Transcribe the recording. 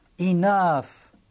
Enough